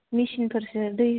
मेसिनफोरसो दै